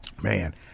Man